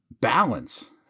Balance